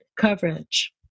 coverage